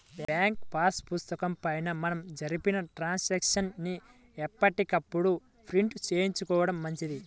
bank pass పుస్తకం పైన మనం జరిపిన ట్రాన్సాక్షన్స్ ని ఎప్పటికప్పుడు ప్రింట్ చేయించుకోడం మంచిది